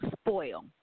spoil